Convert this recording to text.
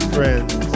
Friends